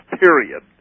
period